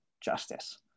justice